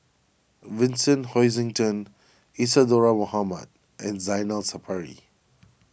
Vincent Hoisington Isadhora Mohamed and Zainal Sapari